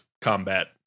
combat